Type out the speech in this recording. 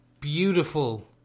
beautiful